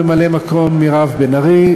ממלאת-מקום: מירב בן ארי.